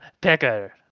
Pecker